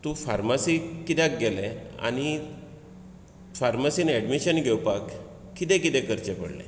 pharmacy कित्याक गेलें आनी फार्मासीन एडमिशन घेवपाक कितें कितें करचें पडलें